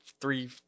three